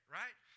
right